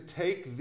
take